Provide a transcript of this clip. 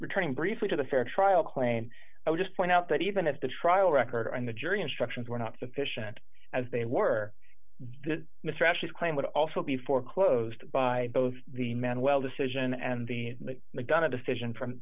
returning briefly to the fair trial claim i'll just point out that even if the trial record and the jury instructions were not sufficient as they were that mr ashley claim would also be foreclosed by both the man well decision and the madonna decision from